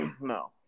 No